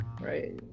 right